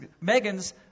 Megan's